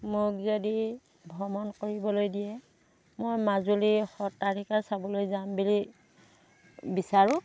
মোক যদি ভ্ৰমণ কৰিবলৈ দিয়ে মই মাজুলী সত্ৰাধিকাৰ চাবলৈ যাম বুলি বিচাৰোঁ